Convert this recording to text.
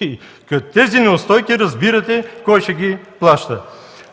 и тези неустойки разбирате кой ще ги плаща.